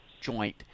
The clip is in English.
joint